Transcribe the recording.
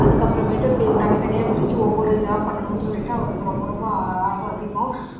அதுக்கப்புறமேட்டு தனித்தனியாக பிரித்து ஒவ்வொரு இதாக பண்ணணும் சொல்லிட்டு அவருக்கு ரொம்ப ரொம்ப ஆர்வம் அதிகம்